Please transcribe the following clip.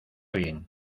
bien